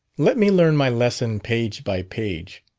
let me learn my lesson page by page.